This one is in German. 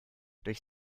durch